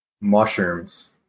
mushrooms